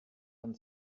von